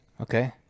Okay